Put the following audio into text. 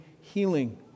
healing